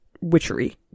witchery